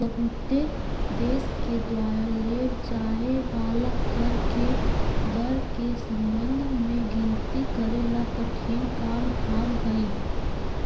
बहुते देश के द्वारा लेव जाए वाला कर के दर के संबंध में गिनती करेला कठिन काम हावहई